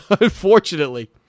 Unfortunately